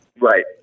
Right